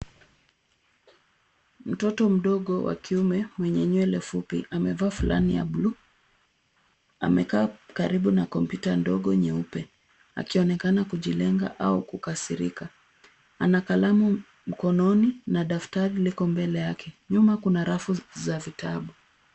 Mtoto mdogo wa kiume mwenye nywele fupi amevaa fulana ya bluu. Amekaa karibu na kompyuta ndogo nyeupe akionekana kujilenga au kukasirika. Ana kalamu mkononi na daftari liko mbele yake. Nyuma kuna rafu za vitabu.